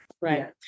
Right